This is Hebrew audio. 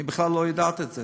היא בכלל לא יודעת את זה.